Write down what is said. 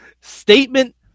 Statement